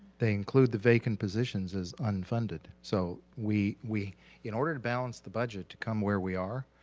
they include the vacant positions as unfunded. so we we in order to balance the budget to come where we are,